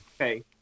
Okay